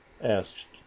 asked